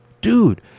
dude